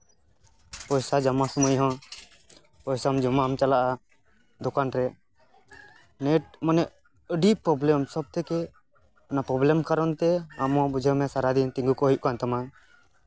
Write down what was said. ᱯᱚᱭᱥᱟ ᱡᱚᱢᱟ ᱥᱚᱢᱚᱭ ᱦᱚᱸ ᱯᱚᱭᱥᱟᱢ ᱡᱚᱢᱟᱢ ᱪᱟᱞᱟᱜᱼᱟ ᱫᱚᱠᱟᱱ ᱨᱮ ᱱᱮᱹᱴ ᱢᱟᱱᱮ ᱟᱹᱰᱤ ᱯᱨᱚᱵᱽᱞᱮᱢ ᱥᱚᱵᱽ ᱛᱷᱮᱠᱮ ᱚᱱᱟ ᱯᱨᱚᱵᱽᱞᱮᱢ ᱠᱟᱨᱚᱱ ᱛᱮ ᱟᱢᱦᱚᱸ ᱵᱩᱡᱷᱟᱹᱣ ᱢᱮ ᱥᱟᱨᱟᱫᱤᱱ ᱛᱤᱸᱜᱩ ᱠᱚᱜ ᱦᱩᱭᱩᱜ ᱠᱟᱱ ᱛᱟᱢᱟ